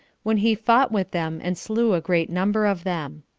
when he fought with them, and slew a great number of them.